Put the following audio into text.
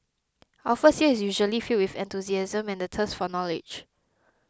our first year is usually filled with enthusiasm and the thirst for knowledge